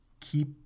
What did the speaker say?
keep